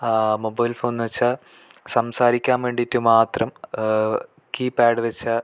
mobile phone വെച്ചാൽ സംസാരിക്കാൻ വേണ്ടിട്ട് മാത്രം കീപ്പാഡ് വെച്ച